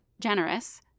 generous